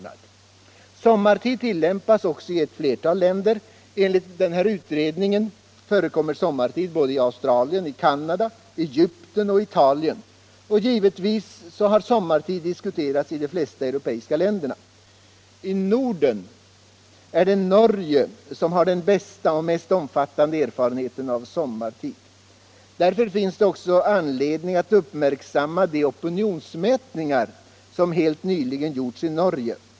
Sommartid tillämpas också i ett flertal länder. Enligt utredningen förekommer sommartid i Australien, Canada, Egypten och Italien. Och givetvis har sommartid diskuterats i de flesta europeiska länder. I Norden är det Norge som har den bästa och mest omfattande erfarenheten av sommartid. Därför finns det också anledning att uppmärksamma de opinionsmätningar som helt nyligen gjorts i Norge.